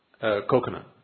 coconut